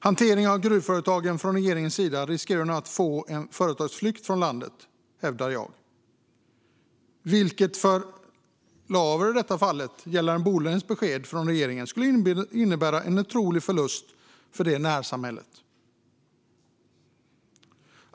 Regeringens hantering av gruvföretagen riskerar nu att vi får en företagsflykt från landet, hävdar jag, vilket för Laver i detta fall gällande Bolidens besked från regeringen skulle innebära en otrolig förlust för närsamhället.